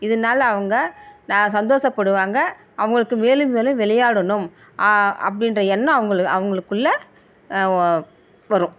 இதனால் அவங்க நான் சந்தோஷப்படுவாங்க அவங்களுக்கு மேலும் மேலும் விளையாடணும் அப்படின்ற எண்ணம் அவங்களுக்கு அவங்களுக்குள்ள வரும்